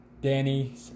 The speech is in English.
Danny